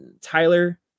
Tyler